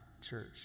church